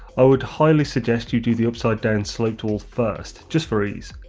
i would highly suggest you do the upside down sloped walls first, just for ease.